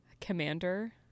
Commander